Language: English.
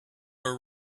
were